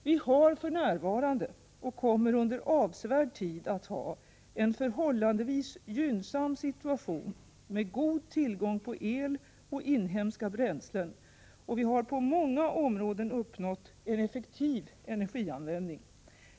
Vi har för närvarande, och kommer under avsevärd tid att ha, en förhållandevis gynnsam situation med god tillgång på el och inhemska bränslen och vi har på många områden uppnått en effektiv energianvändning.